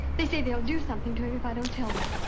they say they'll do something to him if i don't tell them.